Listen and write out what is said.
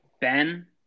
Ben